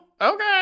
Okay